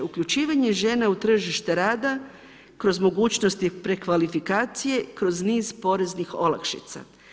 Uključivanje žena u tržište rada kroz mogućnosti prekvalifikacije, kroz niz poreznih olakšica.